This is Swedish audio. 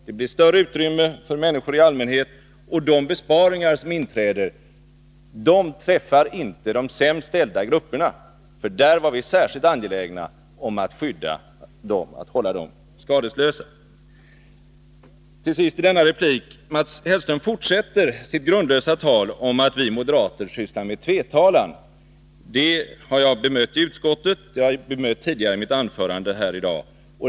Det blir då större utrymme för människor i allmänhet, och de besparingar som inträder drabbar inte de sämst ställda grupperna, eftersom vi har varit särskilt angelägna om att hålla dessa skadeslösa. Till sist i denna replik. Mats Hellström fortsätter sitt grundlösa tal om att vi moderater ägnar oss åt tvetalan. Jag har bemött detta i utskottet liksom också Nr 50 tidigare i dag.